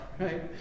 right